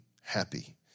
happy